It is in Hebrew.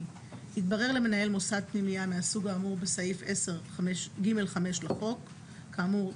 התברר למנהל מוסד פנימייה מהסוג האמור בסעיף 10(ג)(5) לחוק כי תלמיד